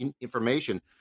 information